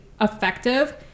effective